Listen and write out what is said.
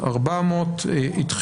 מה זה